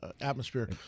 atmosphere